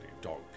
dog